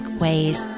ways